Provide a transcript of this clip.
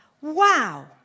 Wow